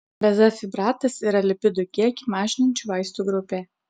bezafibratas yra lipidų kiekį mažinančių vaistų grupė